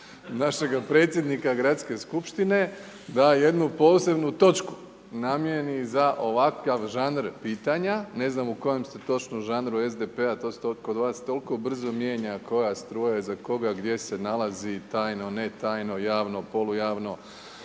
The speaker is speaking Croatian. našega predsjednika Gradske skupštine da jednu posebnu točku namijeni za ovakav žanr pitanja. Ne znam u kojem ste točno žanru SDP-a, to se kod vas toliko brzo mijenja, koja struja je za koga, gdje se nalazi, tajno, ne tajno, javno, polu javno,